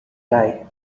guy